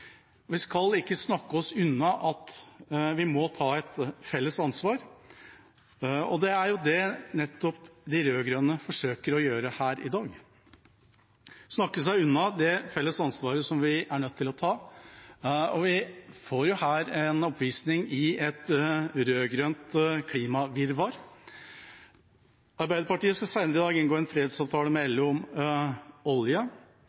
Vi skal ikke snakke oss unna at vi må ta et felles ansvar, og det er nettopp det de rød-grønne forsøker å gjøre her – snakke seg unna det felles ansvaret vi er nødt til å ta. Vi får her en oppvisning i et rød-grønt klimavirvar. Arbeiderpartiet skal senere i dag inngå en fredsavtale med LO om olje